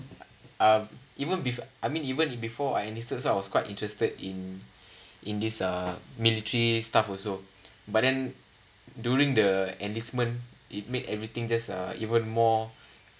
uh even before I mean even in before I enlisted so I was quite interested in in this uh military stuff also but then during the enlistment it made everything just uh even more